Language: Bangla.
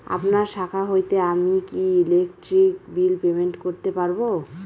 আপনার শাখা হইতে আমি কি ইলেকট্রিক বিল পেমেন্ট করতে পারব?